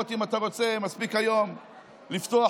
חבר,